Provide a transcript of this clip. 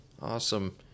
Awesome